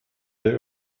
der